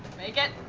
make it!